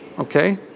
Okay